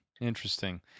interesting